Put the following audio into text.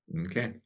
Okay